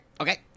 Okay